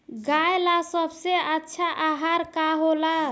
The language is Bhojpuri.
गाय ला सबसे अच्छा आहार का होला?